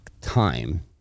time